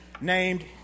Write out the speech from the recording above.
named